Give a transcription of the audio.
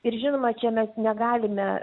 ir žinoma čia mes negalime